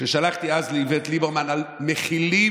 שלחתי אז לאיווט ליברמן על כך שמכילים